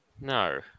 No